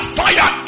fire